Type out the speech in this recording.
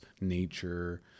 nature